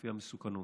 לפי המסוכנות.